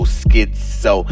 schizo